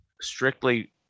strictly